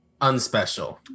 unspecial